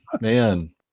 Man